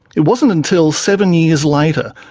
it wasn't until seven years later,